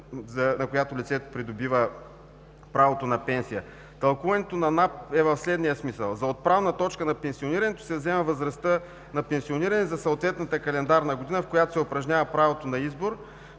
на която лицето придобива правото на пенсия. Тълкуването на НАП е в следния смисъл: за отправна точка на пенсионирането се взема възрастта на пенсиониране за съответната календарна година, в която се упражнява правото на избор,